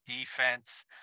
defense